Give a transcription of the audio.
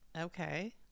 okay